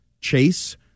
chase